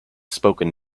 spoken